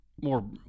more